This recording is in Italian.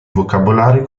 vocabolari